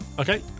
Okay